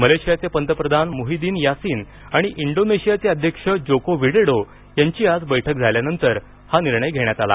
मलेशियाचे पंतप्रधान Muhyiddin Yassin आणि इंडोनेशियाचे अध्यक्ष जोको विडोडो यांची आज बैठक झाल्यानंतर हा निर्णय घेण्यात आला